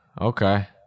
Okay